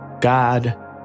God